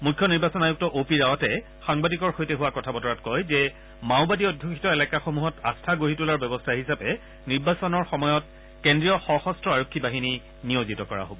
মুখ্য নিৰ্বাচন আয়ুক্ত অ' পি ৰাৱটে সাংবাদিকৰ সৈতে হোৱা কথা বতৰাত কয় যে মাওবাদী অধ্যুষিত এলেকাসমূহত আস্থা গঢ়ি তোলাৰ ব্যৱস্থা হিচাপে নিৰ্বাচনৰ সময়ত কেন্দ্ৰীয় সশস্ত্ৰ আৰক্ষী বাহিনী নিয়োজিত কৰা হ'ব